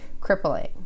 crippling